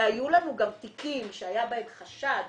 היו לנו גם תיקים שהיה בהם חשד